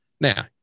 Now